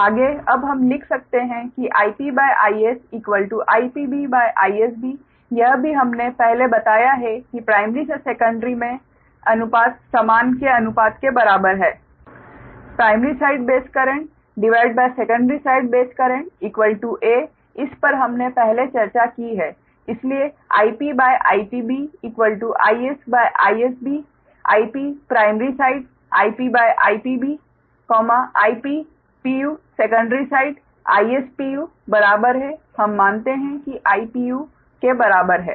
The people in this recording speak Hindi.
आगे अब हम लिख सकते हैं कि IP Is IPB IsB यह भी हमने पहले बताया है कि प्राइमरी से सेकंडरी में का अनुपात समान के अनुपात के बराबर है primary side base currentsecondary side base current a इस पर हमने पहले चर्चा की है इसलिए IP IPB Is IsB IP primary side IP IPB Ip secondary side Is बराबर है हम मानते है की I के बराबर है